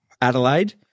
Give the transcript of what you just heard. Adelaide